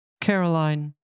Caroline